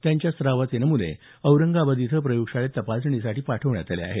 त्यांच्या स्रावाचे नमुने औरंगाबाद इथल्या प्रयोगशाळेत तपासणीसाठी पाठवण्यात आले आहेत